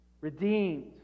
Redeemed